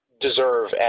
deserve